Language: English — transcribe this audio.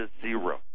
zero